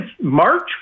March